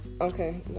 Okay